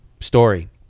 story